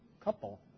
couple